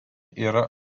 yra